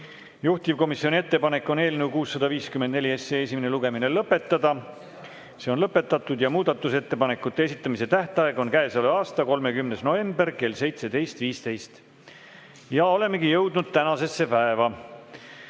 Juhtivkomisjoni ettepanek on eelnõu 654 esimene lugemine lõpetada. See on lõpetatud. Muudatusettepanekute esitamise tähtaeg on käesoleva aasta 30. november kell 17.15. Aitäh! Rohkem läbirääkimiste soovi